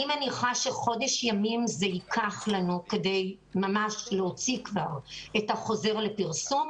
אני מניח שזה ייקח לנו חודש ימים כדי להוציא את החוזר לפרסום.